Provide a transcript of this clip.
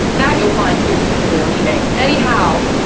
that you'll find too, particularly on ebay. anyhow,